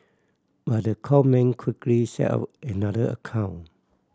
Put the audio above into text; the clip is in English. but the con man quickly set up another account